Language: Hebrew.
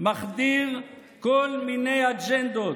מחדיר כל מיני אג'נדות